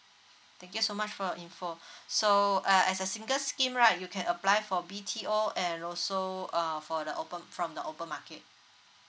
thank you so much for your info so uh as a single scheme right you can apply for B_T_O and also uh for the open from the open market